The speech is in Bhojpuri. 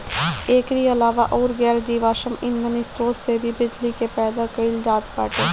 एकरी अलावा अउर गैर जीवाश्म ईधन स्रोत से भी बिजली के पैदा कईल जात बाटे